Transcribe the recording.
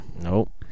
Nope